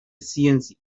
ciencia